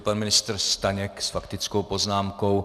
Pan ministr Staněk s faktickou poznámkou.